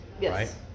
Yes